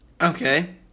Okay